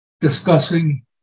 discussing